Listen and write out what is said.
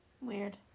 Weird